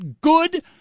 good